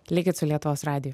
likit su lietuvos radiju